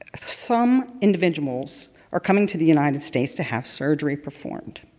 ah some individuals are coming to the united states to have surgery performed.